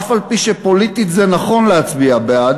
אף-על-פי שפוליטית זה נכון להצביע בעד.